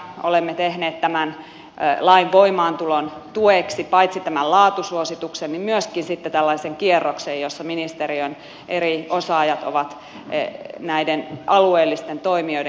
olemme tehneet tämän lain voimaantulon tueksi paitsi tämän laatusuosituksen myöskin sitten tällaisen kierroksen jossa ministeriön eri osaajat ovat näiden alueellisten toimijoiden käytettävissä